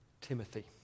Timothy